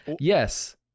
Yes